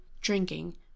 drinking